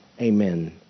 amen